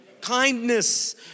kindness